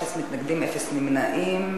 אפס מתנגדים, אפס נמנעים.